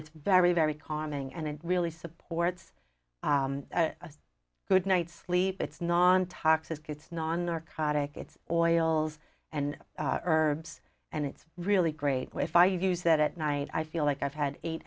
it's very very calming and it really supports a good night's sleep it's nontoxic it's non narcotic it's oils and herbs and it's really great with i use it at night i feel like i've had eight